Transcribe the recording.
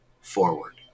forward